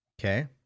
Okay